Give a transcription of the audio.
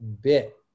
bit